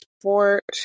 sport